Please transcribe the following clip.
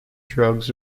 drugs